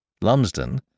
Lumsden